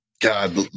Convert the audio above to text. God